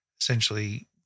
essentially